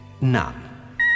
none